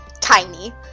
tiny